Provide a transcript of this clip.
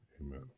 amen